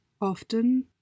often